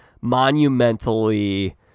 monumentally